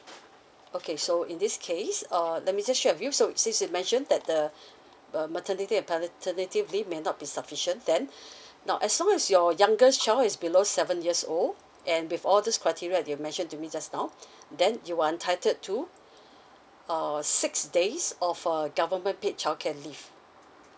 okay so in this case uh let me just share with you so since you mentioned that the uh maternity and paternity leave may not be sufficient then now as long as your youngest child is below seven years old and with all this criteria that you've mentioned to me just now then you are entitled to uh six days of a government paid childcare leave uh